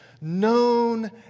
known